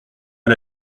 pas